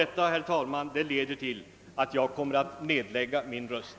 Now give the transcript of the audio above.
Detta, herr talman, leder till att jag kommer att nedlägga min röst.